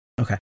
Okay